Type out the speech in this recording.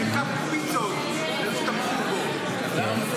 חילקה פיצות לאלה שתמכו בו,